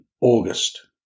August